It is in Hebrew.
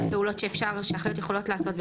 הפעולות שאחיות יכולות לעשות,